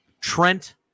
Trent